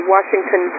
Washington